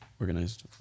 organized